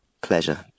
Pleasure